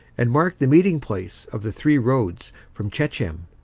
and marked the meeting-place of the three roads from shechem,